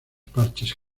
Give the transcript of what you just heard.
parches